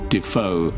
Defoe